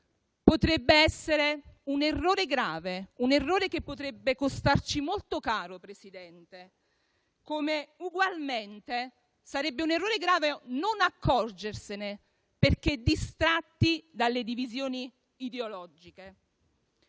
potrebbe essere un errore grave, che potrebbe costarci molto caro, Presidente. Ugualmente sarebbe un errore grave non accorgersene perché distratti dalle divisioni ideologiche.